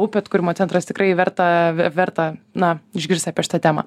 upių atkūrimo centras tikrai verta ve verta na išgirst apie šitą temą